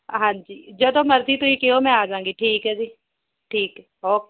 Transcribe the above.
ਹਾਂਜੀ ਜਦੋਂ ਮਰਜ਼ੀ ਤੁਸੀਂ ਕਿਹੋ ਮੈਂ ਆ ਜਾਵਾਂਗੀ ਠੀਕ ਹੈ ਜੀ ਠੀਕ ਓਕੇ